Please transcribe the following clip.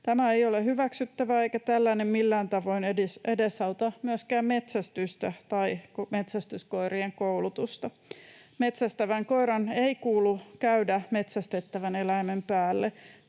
Tämä ei ole hyväksyttävää, eikä tällainen millään tavoin edesauta myöskään metsästystä tai metsästyskoirien koulutusta. Metsästävän koiran ei kuulu käydä metsästettävän eläimen päälle